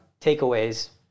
takeaways